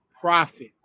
profit